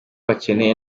bakeneye